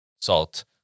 salt